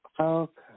Okay